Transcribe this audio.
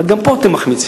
כלומר, גם פה אתם מחמיצים.